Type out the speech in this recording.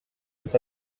tout